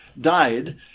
died